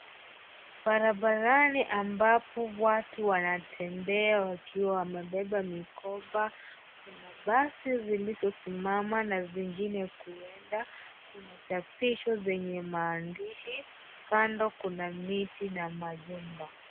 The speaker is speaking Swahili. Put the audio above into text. Barabarani ambapo watu wanatembea wakiwa wamebeba mikoba. Kuna basi zilizosimama na zingine kuenda. Kuna chapisho zenye maandishi kando kuna miti na majumba.